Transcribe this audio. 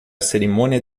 cerimônia